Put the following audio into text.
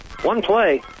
one-play